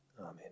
Amen